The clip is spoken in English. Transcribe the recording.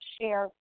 share